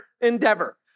endeavor